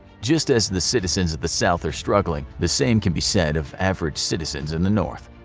just as the citizens of the south are struggling, the same can be said of average citizens in the north.